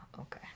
Okay